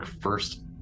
first